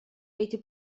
эти